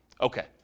Okay